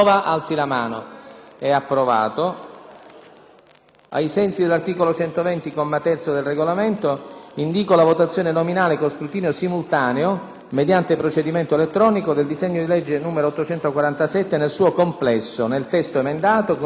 finestra"). Ai sensi dell'articolo 120, comma 3, del Regolamento, indíco la votazione nominale con scrutinio simultaneo, mediante procedimento elettronico, del disegno di legge n. 847 nel suo complesso, nel testo emendato, con il seguente titolo: